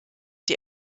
die